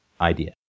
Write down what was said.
idea